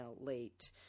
late